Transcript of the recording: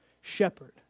shepherd